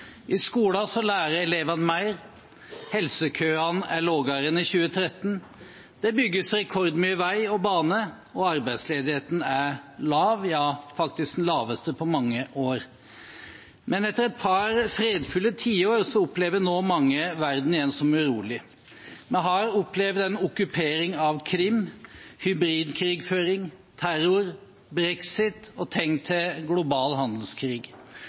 I skolen lærer elevene mer, helsekøene er lavere enn i 2013, det bygges rekordmye vei og bane, og arbeidsledigheten er lav – ja, faktisk den laveste på mange år. Men etter et par fredfulle tiår opplever nå mange verden igjen som urolig. Vi har opplevd en okkupering av Krim, hybridkrigføring, terror, brexit og tegn til global handelskrig.